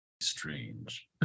Strange